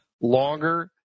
longer